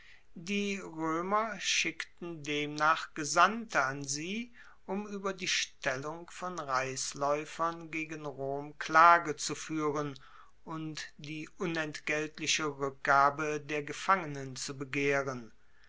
die roemer schickten demnach gesandte an sie um ueber die stellung von reislaeufern gegen rom klage zu fuehren und die unentgeltliche rueckgabe der gefangenen zu begehren